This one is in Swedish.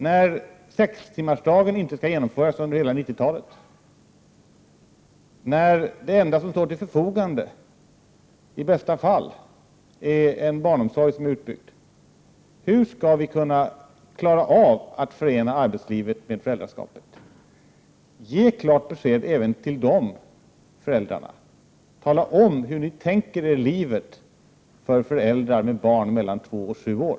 När sextimmarsdagen inte skall genomföras under hela 90-talet, när det enda som står till förfogande är en i bästa fall utbyggd barnomsorg, hur skall de kunna förena arbetslivet med föräldraskapet? Ge klart besked även till de föräldrarna! Tala om hur ni tänker er livet för föräldrar med barn mellan två och sju år!